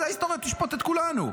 ההיסטוריה תשפוט את כולנו,